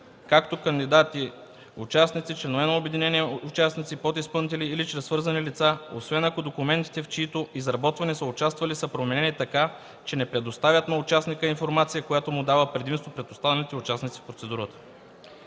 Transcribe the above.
като кандидати, участници, членове на обединения-участници, подизпълнители, или чрез свързани лица, освен ако документите, в чието изработване са участвали, са променени така, че не предоставят на участника информация, която му дава предимство пред останалите участници в процедурата.”